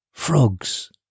Frogs